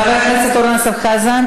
חבר הכנסת אורן אסף חזן,